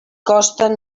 costen